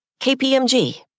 KPMG